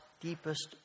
deepest